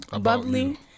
Bubbly